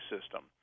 system